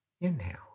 Inhale